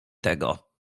tego